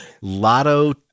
lotto